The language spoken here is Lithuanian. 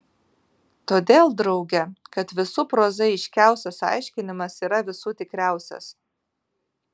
todėl drauge kad visų prozaiškiausias aiškinimas yra visų tikriausias